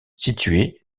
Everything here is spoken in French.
situé